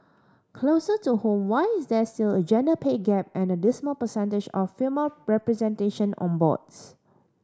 closer to home why is there still a gender pay gap and a dismal percentage of female representation on boards